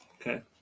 Okay